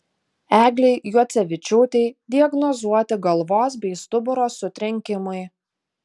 eglei juocevičiūtei diagnozuoti galvos bei stuburo sutrenkimai